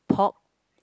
pork